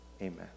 Amen